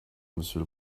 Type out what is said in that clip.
monsieur